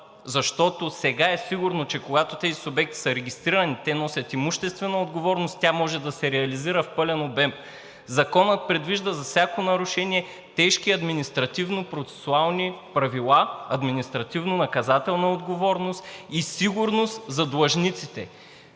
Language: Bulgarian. Защото сега е сигурно, че когато тези субекти са регистрирани, те носят имуществена отговорност, тя може да се реализира в пълен обем. Законът предвижда за всяко нарушение тежки административнопроцесуални правила, административнонаказателна отговорност и сигурност за длъжниците.